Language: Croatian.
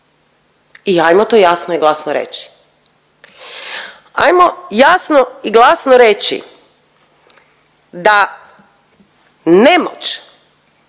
i hajmo to jasno i glasno reći. Hajmo jasno i glasno reći da nemoć